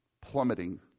plummeting